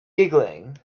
giggling